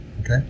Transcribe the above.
okay